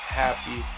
happy